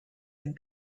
been